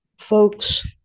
Folks